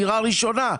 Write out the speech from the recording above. דירה ראשונה,